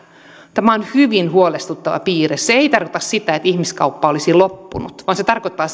tämä on hyvin huolestuttava piirre se ei tarkoita sitä että ihmiskauppa olisi loppunut vaan se tarkoittaa